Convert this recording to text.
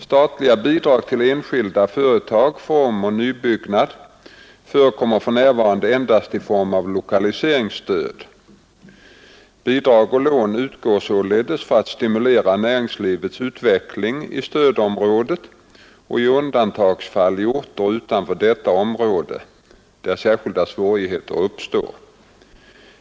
Statliga bidrag till enskilda företag för omoch nybyggnad förekommer för närvarande endast i form av lokaliseringsstöd. Bidrag och lån utgår således för att stimulera näringslivets utveckling i stödområdet och i undantagsfall i orter utanför detta område där särskilda svårigheter uppstår.